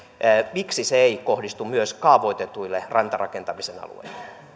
miksi se ei kohdistu myös kaavoitetuille rantarakentamisen alueille